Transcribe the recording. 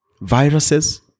viruses